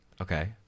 okay